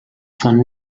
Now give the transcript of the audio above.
von